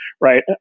right